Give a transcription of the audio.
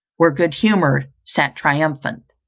where good humour sat triumphant.